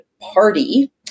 party